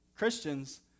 Christians